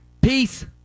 Peace